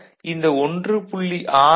ஆக இந்த 1